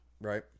Right